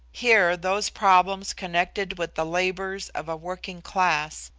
here those problems connected with the labours of a working class,